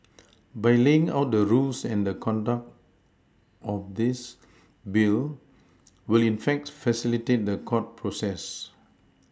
by laying out the rules and the conduct of this Bill will in fact facilitate the court process